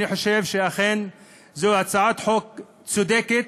אני חושב שאכן זו הצעת חוק צודקת,